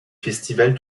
festivals